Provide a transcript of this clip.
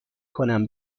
کنم